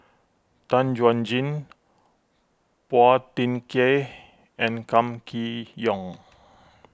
Tan Chuan Jin Phua Thin Kiay and Kam Kee Yong